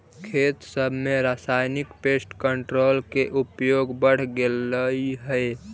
खेत सब में रासायनिक पेस्ट कंट्रोल के उपयोग बढ़ गेलई हे